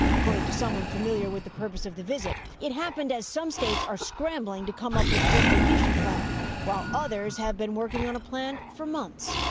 according to someone familiar with the purpose of the visit. it happened as some states are scrambling to come up with a distribution plan while others have been working on a plan for months.